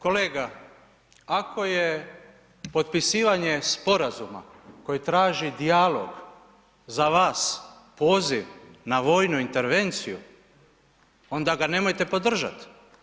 Kolega, ako je potpisivanje sporazuma koji traži dijalog, za vas poziv na vojnu intervenciju, onda ga nemojte podržat.